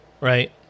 Right